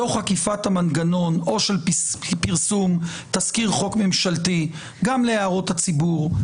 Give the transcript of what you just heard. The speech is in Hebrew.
תוך עקיפת המנגנון של פרסום תזכיר חוק ממשלתי גם להערות הציבור,